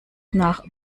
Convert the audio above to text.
nach